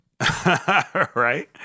right